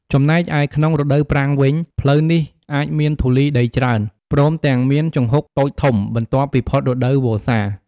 ចំណែកឯ ក្នុងរដូវប្រាំងវិញ ផ្លូវនេះអាចមានធូលីដីច្រើន ព្រមទាំងមានជង្ហុកតូចធំ បន្ទាប់ពីផុតរដូវវស្សា។